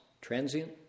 transient